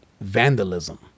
vandalism